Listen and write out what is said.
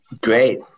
Great